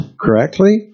correctly